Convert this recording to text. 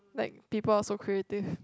like people are so creative